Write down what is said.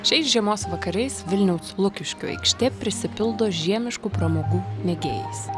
šiais žiemos vakarais vilniaus lukiškių aikštė prisipildo žiemiškų pramogų mėgėjais